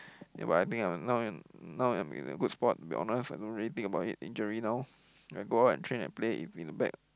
yeah but I think I now now I'm in a good spot to be honest I don't really think about it injuries now when I go out and train and play it's in back